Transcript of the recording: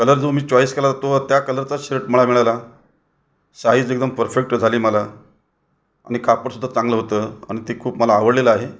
colour जो मी choice केला तो त्या कलरचाच शर्ट मला मिळाला साईज एकदम परफेक्ट झाली मला आणि कापड सुद्धा चांगलं होतं आणि ते खूप मला आवडलेलं आहे